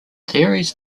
theories